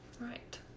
Right